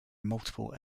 multiple